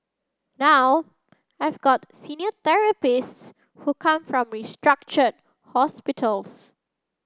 now I've got senior therapists who come from restructured hospitals